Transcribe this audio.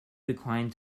declined